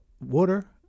water